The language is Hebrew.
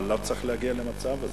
אבל לא צריך להגיע למצב הזה.